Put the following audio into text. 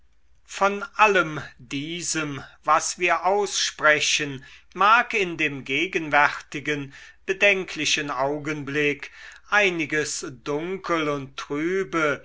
von allem diesem was wir aussprechen mag in dem gegenwärtigen bedenklichen augenblick einiges dunkel und trübe